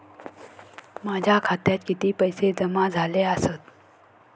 माझ्या खात्यात किती पैसे जमा झाले आसत?